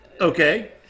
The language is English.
Okay